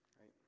right